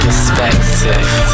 Perspective